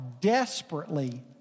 desperately